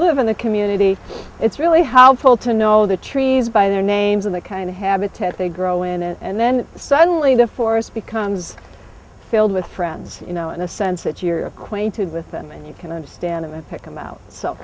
live in the community it's really household to know the trees by their names in the kind of habitat they grow in and then suddenly the forest becomes filled with friends you know in a sense that you're acquainted with them and you can understand them and pick them out so